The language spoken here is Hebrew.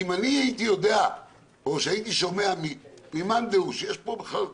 אם אני הייתי יודע או שהייתי שומע ממאן דהוא שיש פה בכלל משהו,